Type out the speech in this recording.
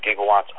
gigawatts